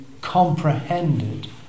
comprehended